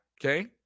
Okay